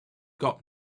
got